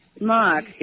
Mark